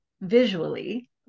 visually